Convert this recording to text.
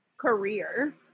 career